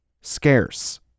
Scarce